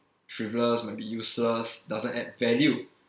frivolous might be useless doesn't add value